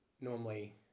normally